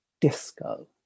Disco